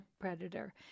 predator